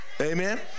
Amen